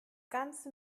ganze